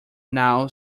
now